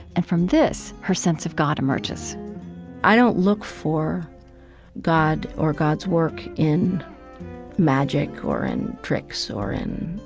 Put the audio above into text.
and from this, her sense of god emerges i don't look for god or god's work in magic or in tricks or in,